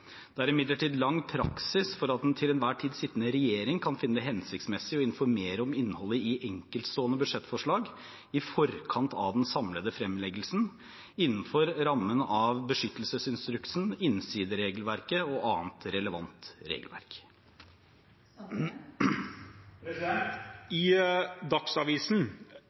Det er imidlertid lang praksis for at den til enhver tid sittende regjering kan finne det hensiktsmessig å informere om innholdet i enkeltstående budsjettforslag i forkant av den samlede fremleggelsen, innenfor rammen av beskyttelsesinstruksen, innsideregelverket og annet relevant regelverk. I Dagsavisen